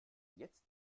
jetzt